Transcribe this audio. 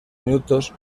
minutos